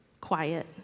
quiet